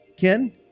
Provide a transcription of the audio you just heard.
Ken